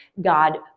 God